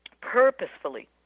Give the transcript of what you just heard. purposefully